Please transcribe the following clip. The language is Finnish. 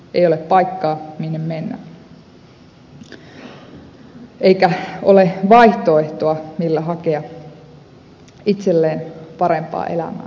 ei ole paikkaa minne mennä eikä ole vaihtoehtoa millä hakea itselleen parempaa elämää